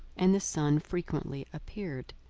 and the sun frequently appeared.